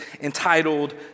entitled